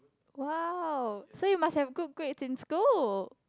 !wow! so you must have good grades in school